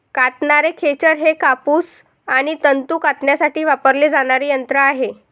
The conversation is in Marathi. कातणारे खेचर हे कापूस आणि तंतू कातण्यासाठी वापरले जाणारे यंत्र आहे